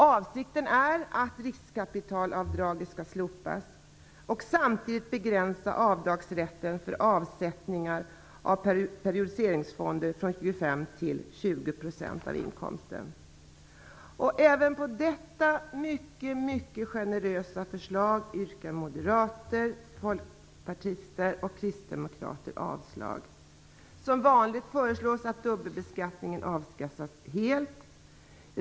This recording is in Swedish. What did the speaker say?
Avsikten är att riskkapitalavdraget skall slopas. Samtidigt skall avdragsrätten för avsättning till periodiseringsfond begränsas från 25 % till 20 % av inkomsten. Även på detta mycket generösa förslag yrkar moderater, folkpartister och kristdemokrater avslag. Som vanligt föreslås att dubbelbeskattning avskaffas helt.